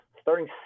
starting